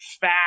fat